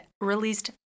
released